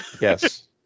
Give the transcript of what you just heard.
Yes